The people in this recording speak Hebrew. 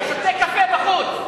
שותה קפה בחוץ.